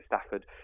Stafford